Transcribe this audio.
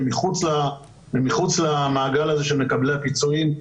הם מחוץ למעגל הזה של מקבלי הפיצויים,